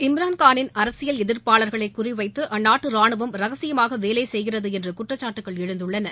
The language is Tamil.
இம்ரான்காவின் அரசியல் எதிர்ப்பாளர்களை குறிவைத்து அந்நாட்டு ராணுவம் ரகசியமாக வேலை செய்கிறது என்று குற்றச்சாட்டுகள் எழுந்துள்ளன